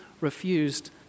refused